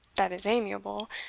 that is amiable,